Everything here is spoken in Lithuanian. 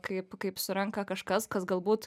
kaip kaip surenka kažkas kas galbūt